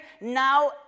now